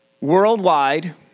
worldwide